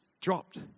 dropped